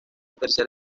tercer